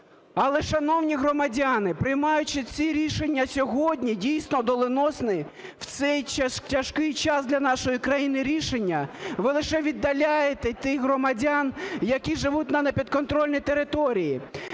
Але, шановні громадяни, приймаючи ці рішення сьогодні дійсно доленосні, в цей тяжкий час для нашої країни рішення ви лише віддаляєте тих громадян, які живуть на непідконтрольній території.